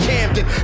Camden